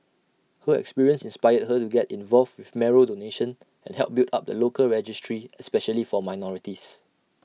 her experience inspired her to get involved with marrow donation and help build up the local registry especially for minorities